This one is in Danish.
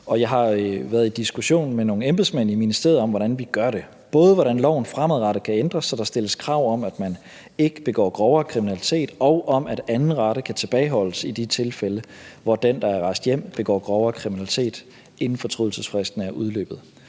Jeg har været i diskussion med nogle embedsmænd i ministeriet om, hvordan vi gør det, både hvordan loven fremadrettet kan ændres, så der stilles krav om, at man ikke begår grovere kriminalitet, og om, at anden rate kan tilbageholdes i de tilfælde, hvor dem, der er rejst hjem, begår grovere kriminalitet, inden fortrydelsesfristen er udløbet.